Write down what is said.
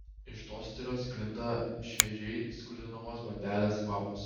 iš tosterio sklinda šviežiai skrudinamos bandelės kvapas